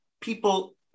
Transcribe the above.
people